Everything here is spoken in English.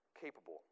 capable